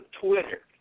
Twitter